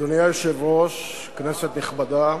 אדוני היושב-ראש, כנסת נכבדה,